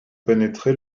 pénétrer